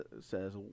says